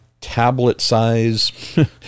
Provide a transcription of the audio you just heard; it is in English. tablet-size